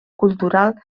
cultural